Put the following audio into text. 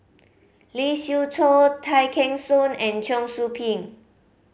Lee Siew Choh Tay Kheng Soon and Cheong Soo Pieng